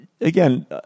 Again